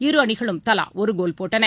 இருஅணிகளும் தலாஒருகோல் போட்டன